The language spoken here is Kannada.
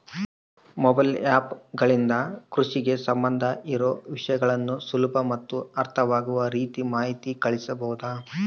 ಮೊಬೈಲ್ ಆ್ಯಪ್ ಗಳಿಂದ ಕೃಷಿಗೆ ಸಂಬಂಧ ಇರೊ ವಿಷಯಗಳನ್ನು ಸುಲಭ ಮತ್ತು ಅರ್ಥವಾಗುವ ರೇತಿ ಮಾಹಿತಿ ಕಳಿಸಬಹುದಾ?